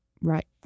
right